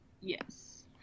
Yes